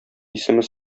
исеме